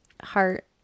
heart